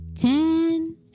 Ten